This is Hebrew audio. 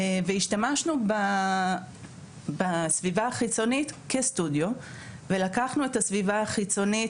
והשתמשנו בסביבה החיצונית כסטודיו ולקחנו את הסביבה החיצונית,